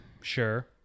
Sure